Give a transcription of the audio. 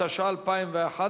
התשע"א 2011,